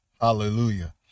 Hallelujah